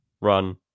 run